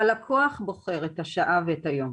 הלקוח בוחר את השעה ואת היום.